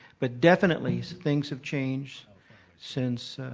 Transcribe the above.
but definitely, things have changed since